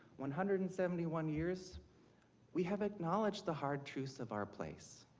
one hundred and seventy one years we have acknowledged the hard truths of our place,